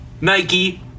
Nike